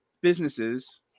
businesses